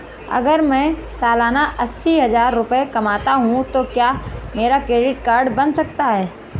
अगर मैं सालाना अस्सी हज़ार रुपये कमाता हूं तो क्या मेरा क्रेडिट कार्ड बन सकता है?